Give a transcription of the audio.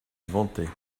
ventait